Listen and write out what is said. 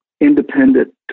independent